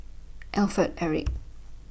Alfred Eric